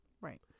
right